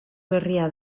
berria